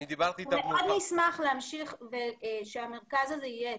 אני דיברתי איתה --- אנחנו מאוד נשמח שהמרכז הזה יהיה אצלנו,